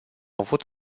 avut